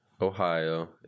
Ohio